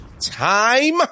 time